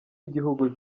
igihugu